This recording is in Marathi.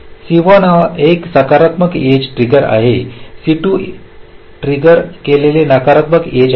C1 ही एक सकारात्मक एज ट्रिगर आहे C2 ट्रिगर केलेली नकारात्मक एज आहे